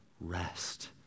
rest